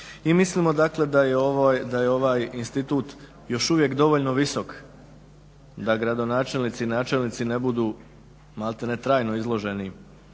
I mislimo, dakle da je ovaj institut još uvijek dovoljno visok da gradonačelnici i načelnici ne budu maltene trajno izloženi